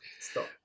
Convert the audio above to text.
stop